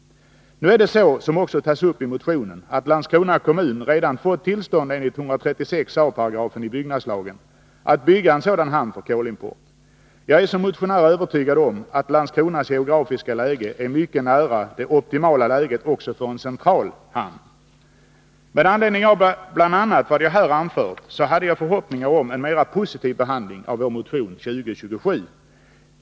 Nu är det så, som också framhålls i motionen, att Landskrona kommun redan fått tillstånd enligt 136 a § i byggnadslagen att bygga en hamn för kolimport. Jag är som motionär övertygad om att Landskronas geografiska läge är mycket nära det optimala läget också för en centralhamn. Med anledning av bl.a. vad jag här anfört hade jag förhoppningar om en mer positiv behandling av vår motion 2027.